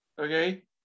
okay